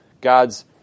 God's